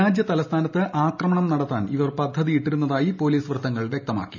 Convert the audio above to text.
രാജ്യതലസ്ഥാനത്ത് ആക്രമണം നടത്താൻ ഇവർ പദ്ധതിയിട്ടിരുന്നതായി പോലീസ് വൃത്തങ്ങൾ വ്യക്തമാക്കി